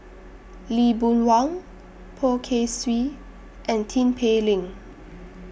Lee Boon Wang Poh Kay Swee and Tin Pei Ling